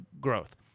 growth